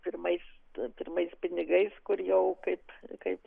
pirmais pirmais pinigais kur jau kaip kaip